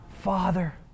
Father